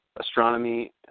astronomy